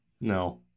no